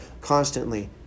constantly